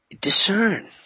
discern